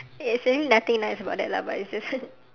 ya that's actually nothing nice about that lah but it's just